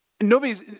Nobody's